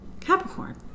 Capricorn